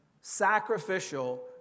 sacrificial